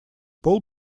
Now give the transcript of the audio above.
пол